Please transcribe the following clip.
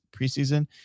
preseason